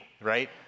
right